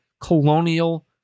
colonial